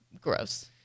gross